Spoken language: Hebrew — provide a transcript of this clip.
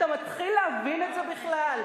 אתה מתחיל להבין את זה בכלל?